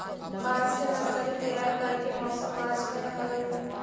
बांस के नर्सरी तैयार करे के मौसम मार्च में रहऽ हई